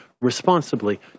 responsibly